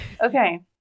Okay